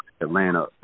Atlanta